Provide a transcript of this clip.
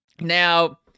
Now